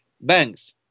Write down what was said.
banks